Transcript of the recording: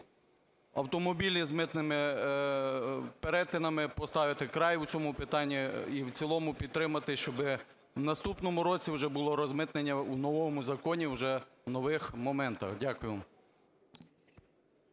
автомобілі з митними перетинами, поставити край в цьому питанні. І в цілому підтримати, щоб в наступному році вже було розмитнення в новому законі вже в нових моментах. Дякую.